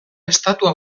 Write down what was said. estatua